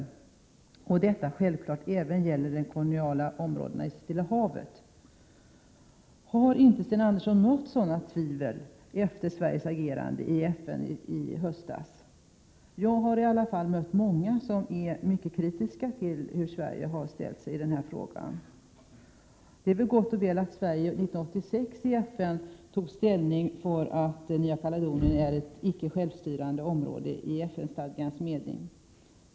Detta gäller självklart även de koloniala områdena i Stilla havet.” Har inte Sten Andersson mött sådana tvivel efter Sveriges agerande i FN i höstas? Jag har i alla fall mött många som är mycket kritiska till hur Sverige har ställt sig i denna fråga. Det är väl gott och väl att Sverige 1986 i FN tog ställning för att Nya Kaledonien är ett icke-självstyrande område i FN stadgans mening.